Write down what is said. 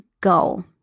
goal